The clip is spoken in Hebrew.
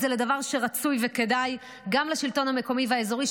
זה לדבר שרצוי וכדאי גם לשלטון המקומי והאזורי,